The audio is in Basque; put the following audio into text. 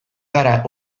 gara